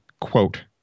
quote